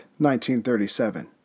1937